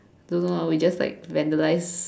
don't know lah we just like vandalise